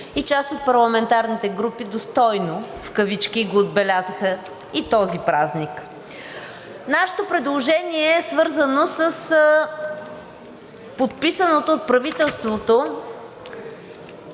и част от парламентарните групи достойно, в кавички, го отбелязаха и този празник. Нашето предложение е свързано с подписания от правителството